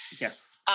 Yes